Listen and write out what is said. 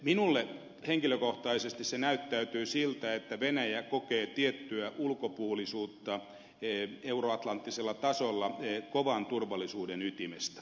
minulle henkilökohtaisesti se näyttäytyy siltä että venäjä kokee tiettyä ulkopuolisuutta euroatlanttisella tasolla kovan turvallisuuden ytimestä